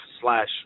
slash